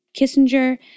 Kissinger